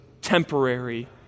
Temporary